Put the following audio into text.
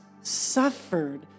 suffered